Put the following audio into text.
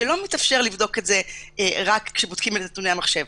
שלא מתאפשר לבדוק את זה רק כשבודקים את נתוני המחשב.